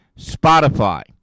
Spotify